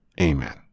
amen